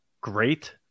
great